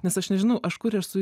nes aš nežinau aš kur esu